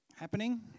happening